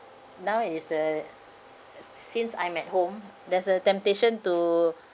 now is the uh s~ since I'm at home there's a temptation to